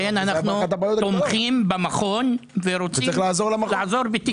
לכן אנחנו תומכים במכון ורוצים לעזור בתקצוב.